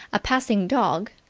a passing dog,